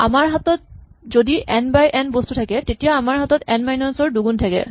আমাৰ হাতত যদি এন বাই এন বস্তু থাকে তেতিয়া আমাৰ হাতত এন মাইনাচ ৰ দুগুণ থাকে